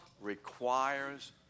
requires